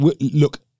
Look